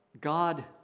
God